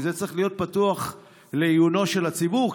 זה צריך להיות פתוח לעיונו של הציבור,